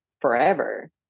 forever